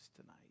tonight